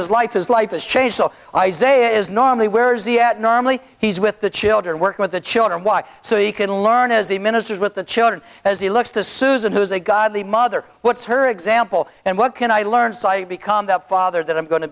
his life his life has changed isaiah is normally where's the at normally he's with the children work with the children walk so you can learn as the ministers with the children as he looks to susan who's a godly mother what's her example and what can i learn site become that father that i'm going to